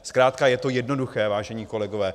Zkrátka je to jednoduché, vážení kolegové.